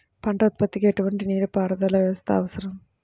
పంట ఉత్పత్తికి ఎటువంటి నీటిపారుదల వ్యవస్థ అవసరం?